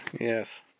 Yes